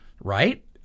right